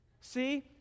see